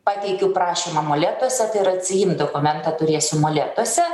pateikiu prašymą molėtuose tai ir atsiimt dokumentą turėsiu molėtuose